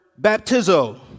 baptizo